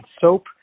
soap